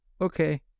okay